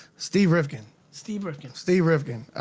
steve rifkind. steve rifkind. steve rifkind.